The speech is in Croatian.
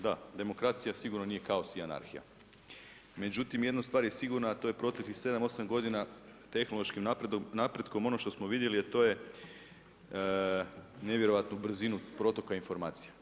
Da, demokracija sigurno nije kaos i anarhija, međutim jedna stvar je sigurna, a to je proteklih sedam, osam godina tehnološkim napretkom ono što smo vidjeli, a to je nevjerojatnu brzinu protoka informacija.